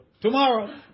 Tomorrow